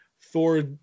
Thor